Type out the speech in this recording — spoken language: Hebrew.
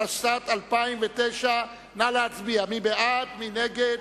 התשס"ט 2008. נא להצביע, מי בעד, מי נגד.